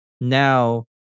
now